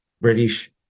British